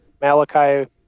Malachi